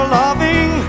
loving